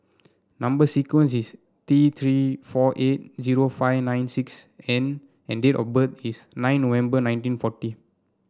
number sequence is T Three four eight zero five nine six N and date of birth is nine November nineteen forty